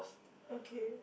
okay